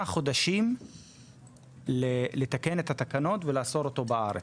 חודשים לתקן את התקנות ולאסור אותו בארץ.